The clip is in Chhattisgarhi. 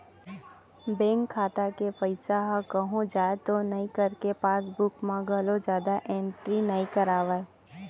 बेंक खाता के पइसा ह कहूँ जाए तो नइ करके पासबूक म घलोक जादा एंटरी नइ करवाय